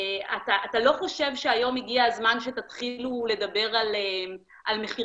אתה לא חושב שהיום הגיע הזמן שתתחילו לדבר על מחירי